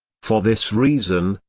for this reason,